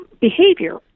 behavior